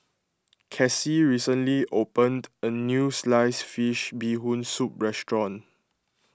Casie recently opened a new Sliced Fish Bee Hoon Soup restaurant